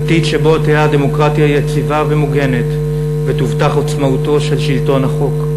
עתיד שבו תהיה הדמוקרטיה יציבה ומוגנת ותובטח עצמאותו של שלטון החוק,